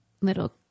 little